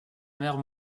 mère